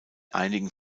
einigen